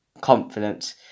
confidence